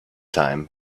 time